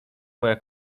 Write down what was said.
moja